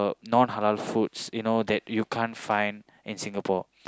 non halal food that you can't find in Singapore